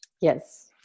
Yes